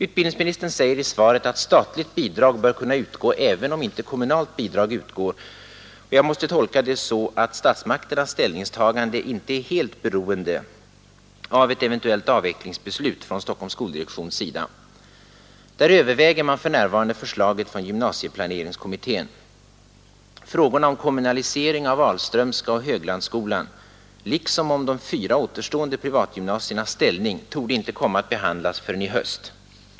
Utbildningsministern säger i svaret att statligt bidrag bör kunna utgå även om inte kommunalt bidrag utgår, och jag måste tolka det så att statsmakternas ställningstagande inte är helt beroende av ett eventuellt avvecklingsbeslut från Stockholms skoldirektions sida. Där överväger man för närvarande förslaget från gymnasieplaneringskommittén. Frågorna om kommunalisering av Ahlströmska och Höglandsskolan liksom om de fyra återstående privatgymnasiernas ställning torde inte komma att behandlas förrän i höst.